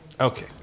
Okay